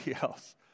else